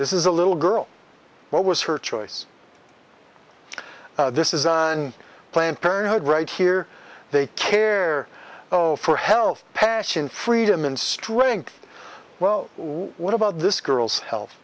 this is a little girl what was her choice this is planned parenthood right here they care for health passion freedom and strength well what about this girl's health